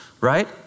right